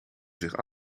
zich